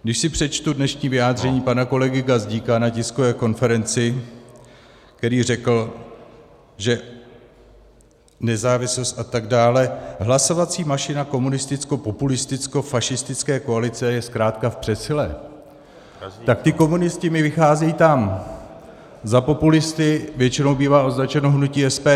Když si přečtu dnešní vyjádření pana kolegy Gazdíka na tiskové konferenci, který řekl, že nezávislost a tak dále hlasovací mašina komunistickopopulistickofašistické koalice je zkrátka v přesile, tak ti komunisti mi vycházejí tam , za populisty většinou bývá označeno hnutí SPD.